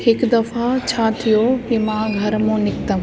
हिकु दफ़ो छा थियो की मां घर मो निकितमि